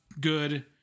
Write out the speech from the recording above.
good